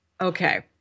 okay